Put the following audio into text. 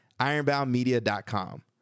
ironboundmedia.com